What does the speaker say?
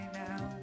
now